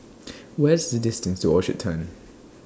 What IS The distance to Orchard Turn